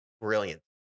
brilliant